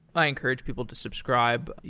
i encourage people to subscribe.